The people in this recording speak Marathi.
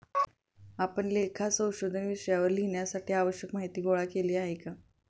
आपण लेखा संशोधन विषयावर लिहिण्यासाठी आवश्यक माहीती गोळा केली आहे का?